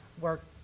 work